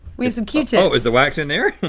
we have some q-tips. oh is the wax in there?